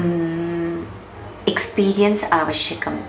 experience आवश्यकम्